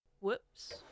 Whoops